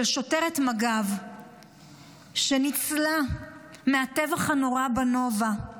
של שוטרת מג"ב שניצלה מהטבח הנורא בנובה: